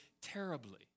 terribly